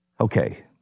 Okay